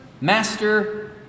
Master